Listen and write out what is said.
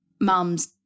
mums